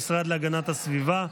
המשרד להגנת הסביבה,